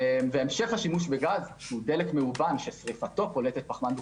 המשך השימוש בגז שהוא דלק מאובן ששריפתו פולטת פחמן דו